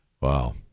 Wow